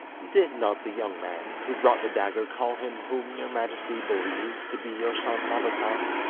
did not the young man who brought the dagger call him whom your majesty believes to be your son labakan,